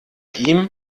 ihm